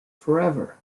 forever